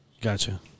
Gotcha